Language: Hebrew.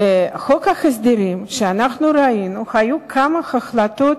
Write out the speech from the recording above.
בחוק ההסדרים שאנחנו ראינו היו כמה החלטות